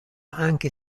anche